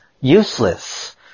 useless